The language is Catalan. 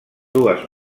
dues